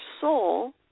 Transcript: soul